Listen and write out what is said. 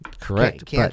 correct